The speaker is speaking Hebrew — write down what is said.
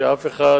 שאף אחד